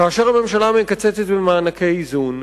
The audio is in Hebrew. כאשר הממשלה מקצצת במענקי איזון,